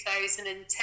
2010